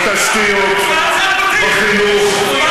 בתשתיות, בחינוך,